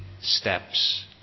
steps